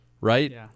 right